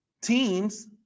teams